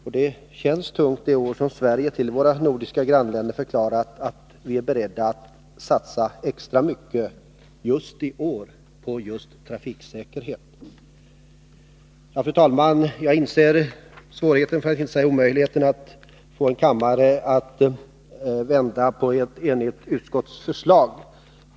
Det känns särskilt tungt det år som Sverige för de nordiska grannländerna förklarat sig berett att satsa extra mycket just i år på just trafiksäkerheten. Fru talman! Jag inser svårigheten — för att inte säga omöjligheten — att få kammaren att gå emot ett enigt utskottsförslag.